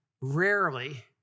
rarely